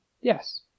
yes